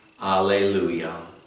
Alleluia